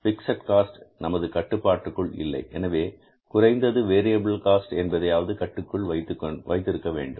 fixed cost நமது கட்டுப்பாட்டுக்குள் இல்லை எனவே குறைந்தது வேரியபில் காஸ்ட் என்பதையாவது கட்டுப்பாட்டுக்குள் வைத்திருக்க வேண்டும்